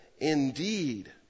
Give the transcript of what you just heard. Indeed